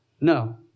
no